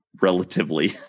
relatively